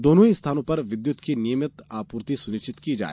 दोनों ही स्थानों पर विद्युत की नियमित आपूर्ति सुनिश्चित की जाए